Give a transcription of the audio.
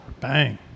Bang